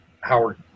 Howard